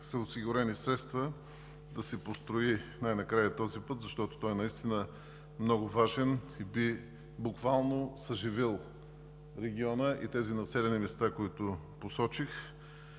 са осигурени средства, за да се построи най-накрая този път, защото наистина е много важен и буквално би съживил региона и населените места, които посочих.